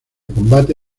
combate